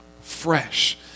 fresh